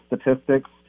statistics